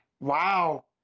Wow